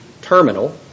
terminal